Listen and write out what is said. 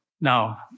Now